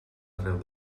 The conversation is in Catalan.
arreu